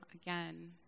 again